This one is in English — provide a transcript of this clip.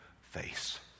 face